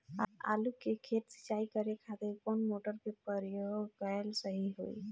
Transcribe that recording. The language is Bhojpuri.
आलू के खेत सिंचाई करे के खातिर कौन मोटर के प्रयोग कएल सही होई?